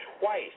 twice